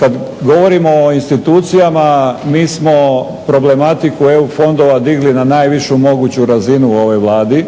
Kada govorimo o institucijama mi smo problematiku EU fondova digli na najvišu moguću razinu u ovoj Vladi.